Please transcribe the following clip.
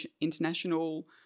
international